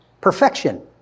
Perfection